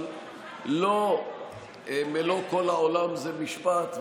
אבל לא מלוא כל העולם משפט,